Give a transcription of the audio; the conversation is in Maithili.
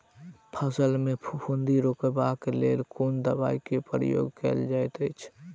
फसल मे फफूंदी रुकबाक लेल कुन दवाई केँ प्रयोग कैल जाइत अछि?